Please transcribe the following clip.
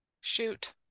Shoot